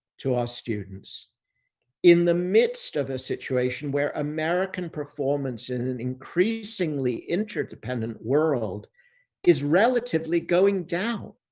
to our students in the midst of a situation where american performance in increasingly interdependent world is relatively going down.